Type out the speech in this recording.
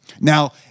Now